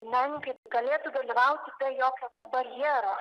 menininkai galėtų dalyvauti be jokio barjero